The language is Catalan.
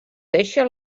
deixa